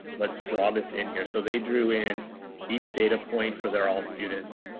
let's draw this in here. so they drew in each data point for their all students.